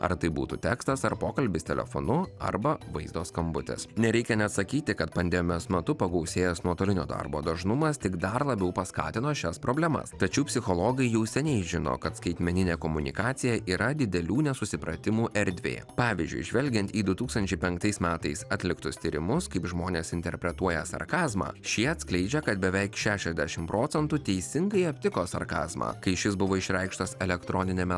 ar tai būtų tekstas ar pokalbis telefonu arba vaizdo skambutis nereikia net sakyti kad pandemijos metu pagausėjęs nuotolinio darbo dažnumas tik dar labiau paskatino šias problemas tačiau psichologai jau seniai žino kad skaitmeninė komunikacija yra didelių nesusipratimų erdvė pavyzdžiui žvelgiant į du tūkstančiai penktais metais atliktus tyrimus kaip žmonės interpretuoja sarkazmą šie atskleidžia kad beveik šešiasdešimt procentų teisingai aptiko sarkazmą kai šis buvo išreikštas elektroniniame